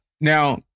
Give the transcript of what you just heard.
Now